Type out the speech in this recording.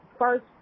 first